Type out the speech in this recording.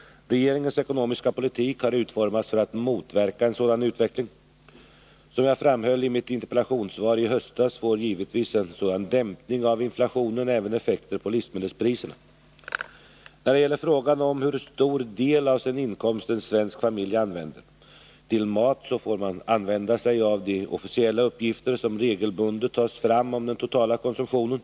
Regeringens ekonomiska politik har utformats för att motverka en sådan utveckling. Som jag framhöll i mitt interpellationssvar i höstas får givetvis en sådan dämpning av inflationen även effekter på livsmedelspriserna. När det gäller frågan om hur stor del av sin inkomst en svensk familj använder till mat får man använda sig av de officiella uppgifter som regelbundet tas fram om den totala konsumtionen.